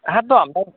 হ্যাঁ একদম হ্যাঁ